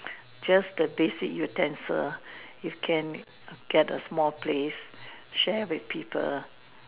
just the basic utensil you can get a small place share with people